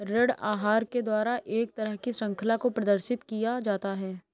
ऋण आहार के द्वारा एक तरह की शृंखला को प्रदर्शित किया जाता है